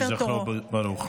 יהיה זכרו ברוך.